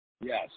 Yes